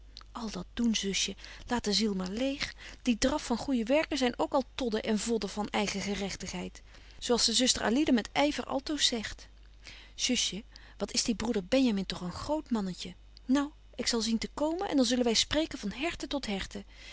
al dat doen zusje laat de ziel maar leeg die draf van goeije werken zyn ook al todden en vodden van eigen gerechtigheid zo als de zuster alida met yver altoos zegt zusje wat is die broeder benjamin toch een groot mannetje nou ik zal zien te komen en dan zullen wy spreken van herte tot herte